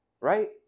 right